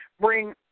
bring